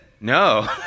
no